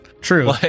True